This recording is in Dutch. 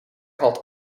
had